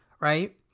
right